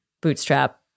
bootstrap